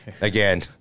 again